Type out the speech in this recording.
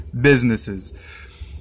businesses